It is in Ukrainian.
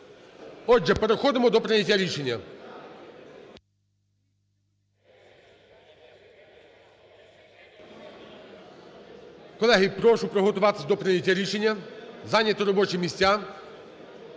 Отже, переходимо до прийняття рішення. Колеги, прошу приготуватися до прийняття рішення. Зайняти робочі місця.